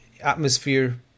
atmosphere